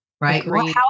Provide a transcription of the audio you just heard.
right